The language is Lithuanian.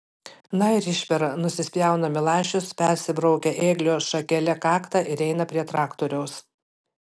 na ir išpera nusispjauna milašius persibraukia ėglio šakele kaktą ir eina prie traktoriaus